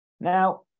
now